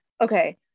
Okay